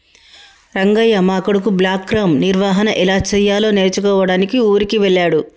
రంగయ్య మా కొడుకు బ్లాక్గ్రామ్ నిర్వహన ఎలా సెయ్యాలో నేర్చుకోడానికి ఊరికి వెళ్ళాడు